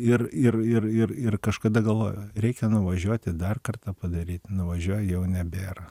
ir ir ir ir ir kažkada galvojau reikia nuvažiuoti dar kartą padaryt nuvažiuoju jau nebėra